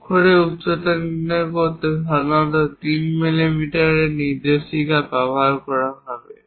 অক্ষরের উচ্চতা নিয়ন্ত্রণ করতে সাধারণত 3 মিলিমিটার নির্দেশিকা ব্যবহার করা হবে